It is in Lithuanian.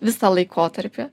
visą laikotarpį